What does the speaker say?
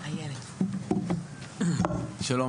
שלום,